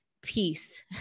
peace